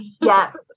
Yes